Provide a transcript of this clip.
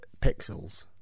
pixels